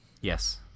Yes